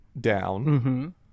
down